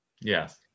Yes